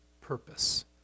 purpose